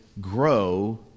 grow